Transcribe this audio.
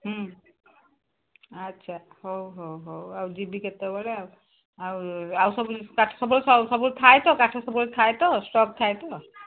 ହୁଁ ଆଚ୍ଛା ହଉ ହଉ ହଉ ଆଉ ଯିବି କେତେବେଳେ ଆଉ ଆଉ ଆଉ ସବୁ କାଠ ସବୁବେଳେ ସବୁ ଥାଏ ତ କାଠ ସବୁବେଳେ ଥାଏ ତ ଷ୍ଟକ୍ ଥାଏ ତ